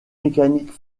mécanique